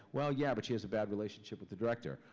well, yeah, but she has a bad relationship with the director,